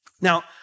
Now